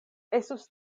estus